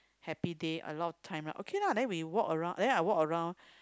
happy day a lot of time lah then we walk around then I walk around